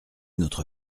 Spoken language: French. notre